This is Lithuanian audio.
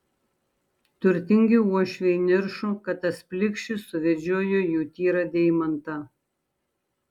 turtingi uošviai niršo kad tas plikšis suvedžiojo jų tyrą deimantą